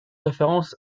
référence